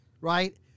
Right